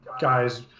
guys